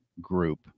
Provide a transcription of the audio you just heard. group